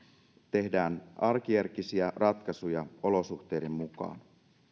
tehdään arkijärkisiä ratkaisuja olosuhteiden mukaan